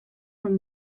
from